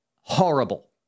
horrible